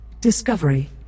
Discovery